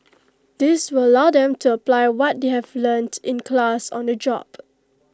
this will allow them to apply what they have learnt in class on the job